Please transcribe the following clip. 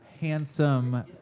handsome